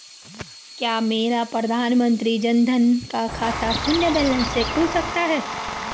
क्या मेरा प्रधानमंत्री जन धन का खाता शून्य बैलेंस से खुल सकता है?